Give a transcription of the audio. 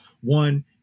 One